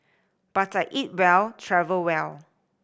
but I eat well travel well